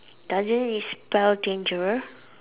doesn't it spell danger